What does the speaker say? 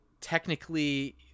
technically